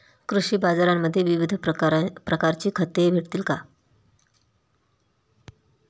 कृषी बाजारांमध्ये विविध प्रकारची खते भेटेल का?